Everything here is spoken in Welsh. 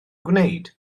gwneud